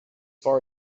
far